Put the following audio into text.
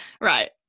right